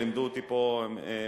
לימדו אותי פה מלמדי,